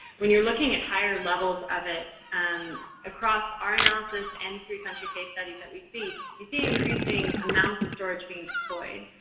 when you're looking at higher levels of it and across our analysis and three country case studies that we see, you see increasing amounts of storage being deployed.